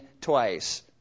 twice